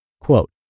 Quote